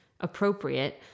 appropriate